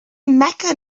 mecca